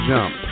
Jump